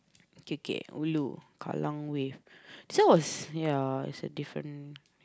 okay okay ulu Kallang Wave this one was ya it's a different